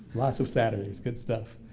lots of saturdays good stuff.